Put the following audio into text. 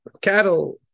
cattle